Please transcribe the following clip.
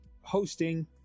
hosting